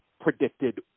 predicted